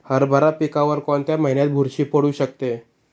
हरभरा पिकावर कोणत्या महिन्यात बुरशी पडू शकते?